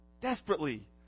desperately